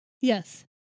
Yes